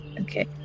Okay